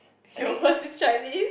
your worst is Chinese